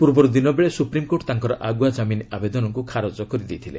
ପୂର୍ବରୁ ଦିନବେଳେ ସୁପ୍ରିମ୍କୋର୍ଟ୍ ତାଙ୍କର ଆଗୁଆ ଜାମିନ୍ ଆବେଦନକୁ ଖାରଜ କରିଦେଇଥିଲେ